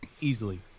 Easily